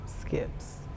skips